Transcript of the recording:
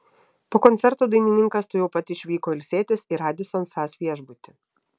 po koncerto dainininkas tuojau pat išvyko ilsėtis į radisson sas viešbutį